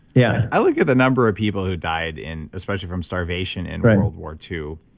yeah i look at the number of people who died in especially from starvation in world war two,